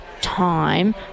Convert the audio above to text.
time